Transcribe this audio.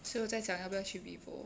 所以我在想要不要去 vivo